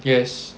yes